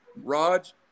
Raj